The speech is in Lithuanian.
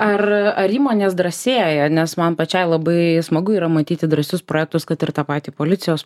ar ar įmonės drąsėja nes man pačiai labai smagu yra matyti drąsius projektus kad ir tą patį policijos